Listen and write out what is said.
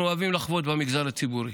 אנחנו אוהבים לחבוט במגזר הציבורי.